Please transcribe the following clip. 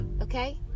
okay